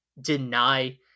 deny